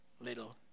Little